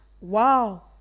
Wow